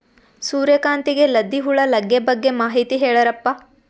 ಸೂರ್ಯಕಾಂತಿಗೆ ಲದ್ದಿ ಹುಳ ಲಗ್ಗೆ ಬಗ್ಗೆ ಮಾಹಿತಿ ಹೇಳರಪ್ಪ?